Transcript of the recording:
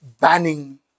banning